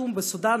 בחרטום בסודאן,